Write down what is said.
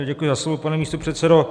Děkuji za slovo, pane místopředsedo.